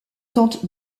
tente